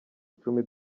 icumi